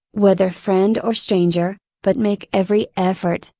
whether friend or stranger, but make every effort,